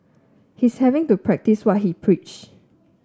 he's having to practice what he preach